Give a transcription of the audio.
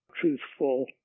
truthful